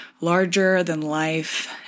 larger-than-life